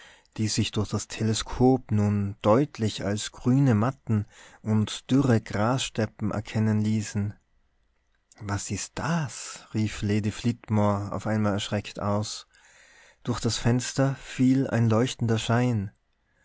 die sich durch das teleskop nun deutlich als grüne matten und dürre grassteppen erkennen ließen was ist das rief lady flitmore auf einmal erschreckt aus durch das fenster fiel ein leuchtender schein